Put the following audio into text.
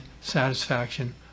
satisfaction